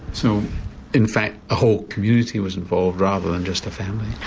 so in fact the whole community was involved rather than just the family?